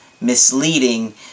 misleading